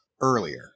earlier